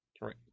Right